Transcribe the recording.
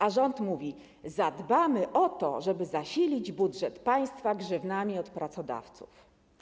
A rząd mówi: Zadbamy o to, żeby zasilić budżet państwa grzywnami od pracodawców.